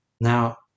Now